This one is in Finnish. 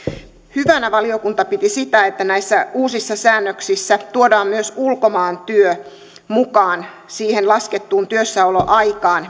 hyvänä valiokunta piti sitä että näissä uusissa säännöksissä tuodaan myös ulkomaantyö mukaan siihen laskettuun työssäoloaikaan